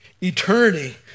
Eternity